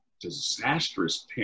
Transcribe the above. disastrous